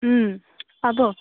ওম পাব